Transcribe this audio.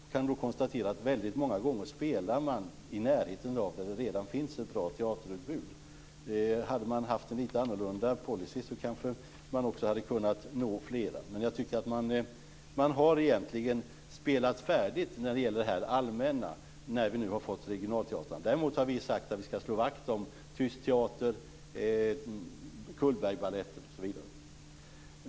Jag kunde då konstatera att man väldigt många gånger spelade i närheten av områden där det redan fanns ett bra teaterutbud. Om man hade haft en lite annorlunda policy hade man kanske också kunnat nå flera. Jag tycker att man egentligen har spelat färdigt när det gäller det här allmänna, när vi nu har fått regionalteatrarna. Däremot har vi sagt att vi ska slå vakt om Tyst teater, Cullbergbaletten osv.